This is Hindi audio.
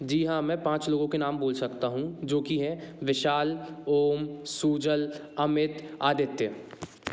जी हाँ मैं पाँच लोगों के नाम बोल सकता हूँ जो कि है विशाल ओम सुजल अमित आदित्य